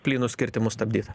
plynus kirtimus stabdyt